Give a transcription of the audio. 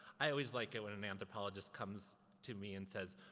i always like it when an anthropologist comes to me and says,